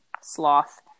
sloth